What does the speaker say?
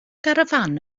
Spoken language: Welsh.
garafán